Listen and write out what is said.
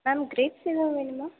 ma'am grapes எதுவும் வேணுமா